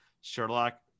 sherlock